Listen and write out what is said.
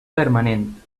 permanent